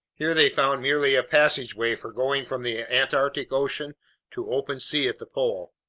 here they found merely a passageway for going from the antarctic ocean to open sea at the pole.